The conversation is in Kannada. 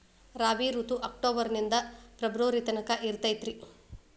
ರಾಬಿ ಋತು ಅಕ್ಟೋಬರ್ ನಿಂದ ಫೆಬ್ರುವರಿ ತನಕ ಇರತೈತ್ರಿ